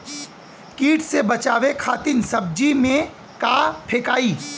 कीट से बचावे खातिन सब्जी में का फेकाई?